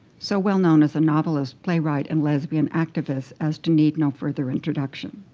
so well-known as a novelist, playwright, and lesbian activist as to need no further introduction.